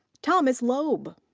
thomas laub.